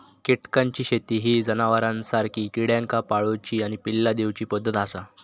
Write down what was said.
कीटकांची शेती ही जनावरांसारखी किड्यांका पाळूची आणि पिल्ला दिवची पद्धत आसा